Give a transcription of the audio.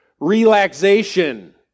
Relaxation